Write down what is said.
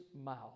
mouth